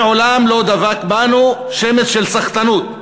מעולם לא דבק בנו שמץ של סחטנות,